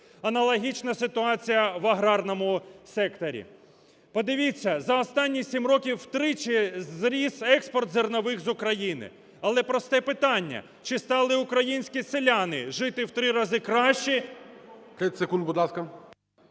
Аналогічна ситуація в аграрному секторі. Подивіться, за останні 7 років втричі зріс експорт зернових з України. Але просте питання: чи стали українські селяни жити в три рази краще…